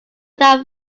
that